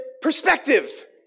perspective